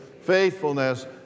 faithfulness